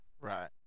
Right